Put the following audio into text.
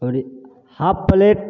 आओर half plate